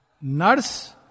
nurse